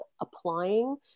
applying